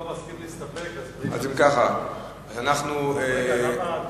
מסכים להסתפק, אז אי-אפשר להסתפק.